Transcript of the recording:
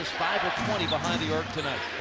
five of twenty behind the arc tonight.